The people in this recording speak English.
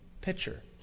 pitcher